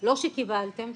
לא שקיבלתם,